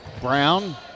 Brown